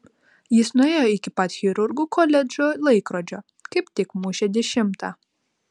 jis nuėjo iki pat chirurgų koledžo laikrodžio kaip tik mušė dešimtą